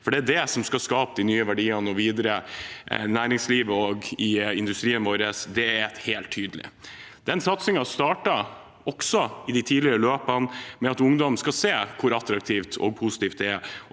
det er det som skal skape de nye verdiene og videre næringslivet og industrien vår, er helt tydelig. Den satsingen starter også i de tidligere løpene, med at ungdom skal se hvor attraktivt og positivt det er